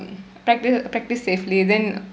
practice practice safely then